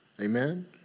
Amen